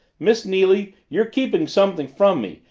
miss neily, you're keeping something from me!